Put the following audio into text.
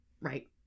Right